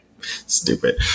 Stupid